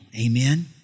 amen